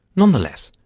nonetheless,